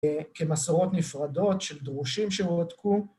‫כמסורות נפרדות של דרושים שהועתקו.